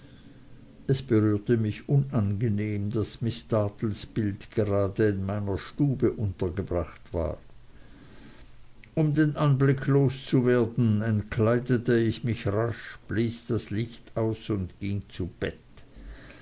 es berührte mich unangenehm daß miß dartles bild grade in meiner stube untergebracht war um den anblick loszuwerden entkleidete ich mich rasch blies das licht aus und ging zu bett